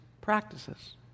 practices